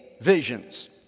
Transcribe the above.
visions